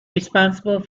responsible